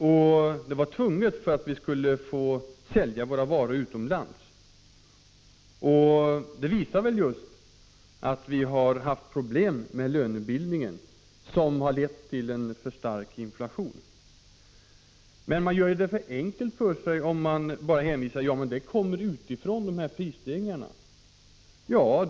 Det var nödvändigt att devalvera för att vi skulle få sälja våra varor utomlands. Detta visar väl just att vi har haft problem med lönebildningen, som har lett till en kraftig inflation. Men man gör det för enkelt för sig om man bara hänvisar till att de här prisstegringarna kommer utifrån.